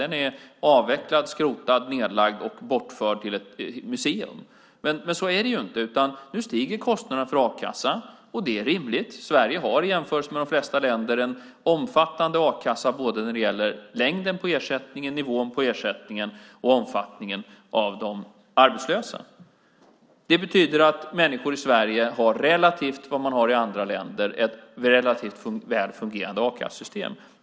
Den är avvecklad, skrotad, nedlagd och bortförd till ett museum. Men så är det ju inte. Nu stiger kostnaderna för a-kassan, och det är rimligt. Sverige har i jämförelse med de flesta länder en omfattande a-kassa både när det gäller ersättningstidens längd, nivån på ersättningen och omfattningen av de arbetslösa. Det betyder att människor i Sverige, relativt vad man har i andra länder, har ett ganska väl fungerande a-kassesystem.